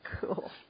Cool